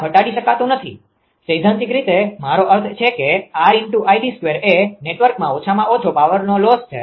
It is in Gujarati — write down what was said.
આ ઘટાડી શકાતું નથી સૈદ્ધાંતિક રીતે મારો અર્થ એ છે કે 𝑅𝐼𝑑2 એ નેટવર્કમાં ઓછામાં ઓછો પાવરનો લોસ છે